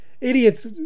idiots